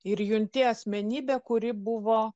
ir junti asmenybę kuri buvo